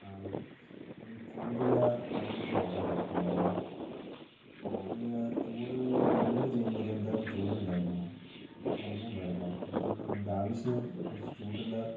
hello ഞാൻ ചൂടുള്ള പാനീയത്തിന് ഓർഡറ് ചെയ്തിട്ടുണ്ടായിരുന്നു അത് ആ ചൂട് ഡെലിവറി ചെയ്യുമ്പോൾ അതെന്തായാലും ചൂടുണ്ടായിരിക്കണം തണിയാൻ പാടില്ല എന്താണെന്നുവെച്ചിട്ടുണ്ടെങ്കിൽ എൻ്റെ ആവശ്യം കുറച്ച് ചൂടുള്ള